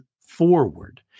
forward